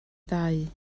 ddau